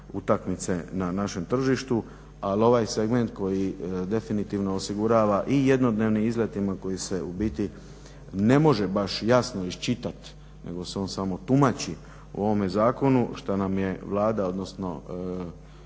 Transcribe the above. utakmice na našem tržištu. Ali ovaj segment koji definitivno osigurava i jednodnevnim izletima koji se u biti ne može baš jasno iščitati, nego se on samo tumači u ovome zakonu šta nam je Vlada odnosno